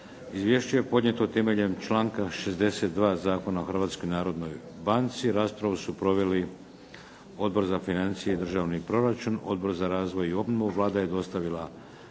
Izvješće je podnijeto temeljem članka 62. Zakona o Hrvatskoj narodnoj banci. Raspravu su proveli Odbor za financije i državni proračun, Odbor za razvoj i obnovu. Vlada je dostavila